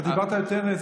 אתה דיברת יותר.